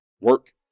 Work